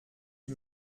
qui